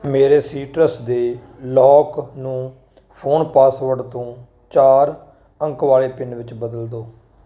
ਮੇਰੇ ਸੀਟਰਸ ਦੇ ਲੌਕ ਨੂੰ ਫੋਨ ਪਾਸਵਰਡ ਤੋਂ ਚਾਰ ਅੰਕ ਵਾਲੇ ਪਿੰਨ ਵਿੱਚ ਬਦਲ ਦਿਓ